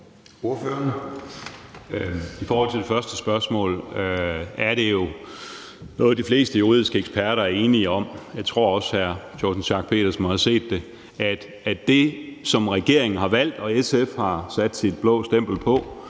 I forhold til det første spørgsmål er det jo noget, de fleste juridiske eksperter er enige om. Jeg tror også, at hr. Torsten Schack Pedersen må have set det. Regeringen